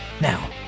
Now